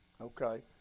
Okay